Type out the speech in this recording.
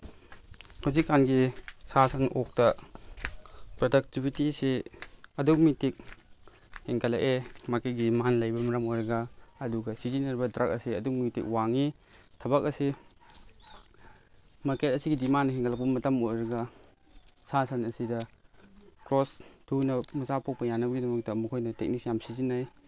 ꯍꯧꯖꯤꯛꯀꯥꯟꯒꯤ ꯁꯥ ꯁꯟ ꯑꯣꯛꯇ ꯄ꯭ꯔꯗꯛꯇꯤꯕꯤꯇꯤꯁꯤ ꯑꯗꯨꯃꯇꯤꯛ ꯍꯦꯟꯒꯠꯂꯛꯑꯦ ꯃꯈꯣꯏꯒꯤ ꯗꯤꯃꯥꯟ ꯂꯩꯕꯅ ꯃꯔꯝ ꯑꯣꯏꯔꯒ ꯑꯗꯨꯒ ꯁꯤꯖꯤꯟꯅꯔꯤꯕ ꯗ꯭ꯔꯒ ꯑꯁꯤ ꯑꯗꯨꯃꯇꯤꯛ ꯋꯥꯡꯉꯤ ꯊꯕꯛ ꯑꯁꯤ ꯃꯥꯏꯀꯩ ꯑꯁꯤꯒꯤ ꯗꯤꯃꯥꯟ ꯍꯦꯟꯒꯠꯂꯛꯄꯅ ꯃꯔꯝ ꯑꯣꯏꯔꯒ ꯁꯥ ꯁꯟ ꯑꯁꯤꯗ ꯀ꯭ꯔꯣꯁ ꯊꯨꯅ ꯃꯆꯥ ꯄꯣꯛꯄ ꯌꯥꯅꯕꯒꯤꯗꯃꯛꯇ ꯃꯈꯣꯏꯅ ꯇꯦꯛꯅꯤꯛꯁ ꯌꯥꯝꯅ ꯁꯤꯖꯤꯟꯅꯩ